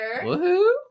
Woohoo